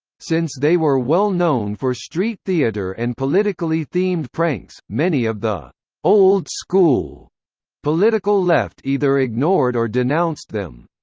since they were well known for street theater and politically themed pranks, many of the old school political left either ignored or denounced them.